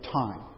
time